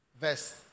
Verse